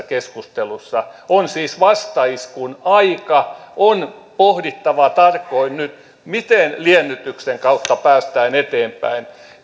keskustelussa on siis vastaiskun aika on pohdittava tarkoin nyt miten liennytyksen kautta päästään eteenpäin